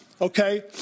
okay